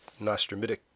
Nostromitic